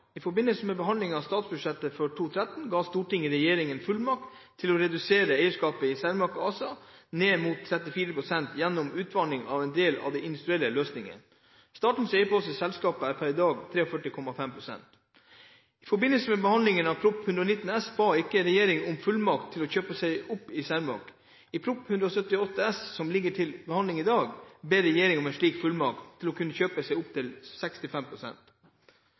I forbindelse med behandlingen av statsbudsjettet for 2013 ga Stortinget regjeringen fullmakt til å redusere eierskapet i Cermaq ASA ned mot 34 pst. gjennom utvanning som del av en industriell løsning. Statens eierpost i selskapet pr. i dag er 43,5 pst. I forbindelse med behandlingen av Prop. 119 S for 2012–2013 ba ikke regjeringen om noen fullmakt til å kjøpe seg opp i Cermaq ASA. I Prop. 178 S for 2012–2013, som ligger til behandling i dag, ber regjeringen om en slik fullmakt til å kunne kjøpe seg opp til